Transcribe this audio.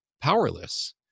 powerless